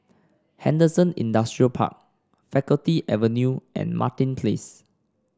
Henderson Industrial Park Faculty Avenue and Martin Place